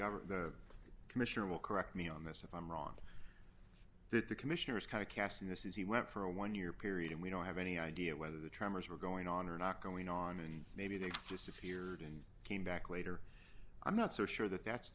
governor the commissioner will correct me on this if i'm wrong that the commissioner is kind of casting this is he went for a one year period and we don't have any idea whether the tremors were going on or not going on and maybe they disappeared and came back later i'm not so sure that that's